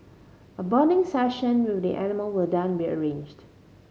a bonding session with the animal will down be arranged